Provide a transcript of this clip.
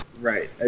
right